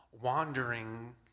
wandering